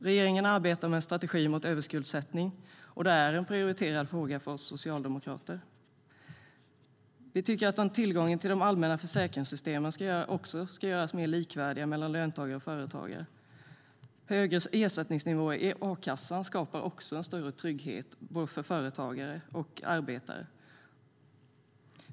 Regeringen arbetar med en strategi mot överskuldsättning, och det är en prioriterad fråga för oss socialdemokrater. Vi tycker att tillgången till de allmänna försäkringssystemen också ska göras mer likvärdiga mellan löntagare och företagare. Högre ersättningsnivåer i a-kassan skapar också en större trygghet för både företagare och arbetare.